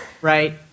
Right